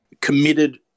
committed